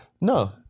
No